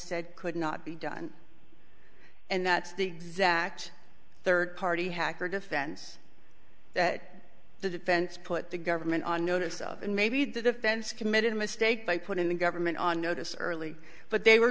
said could not be done and that's the exact third party hacker defense that the defense put the government on notice of and maybe the defense committed a mistake by putting the government on notice early but they were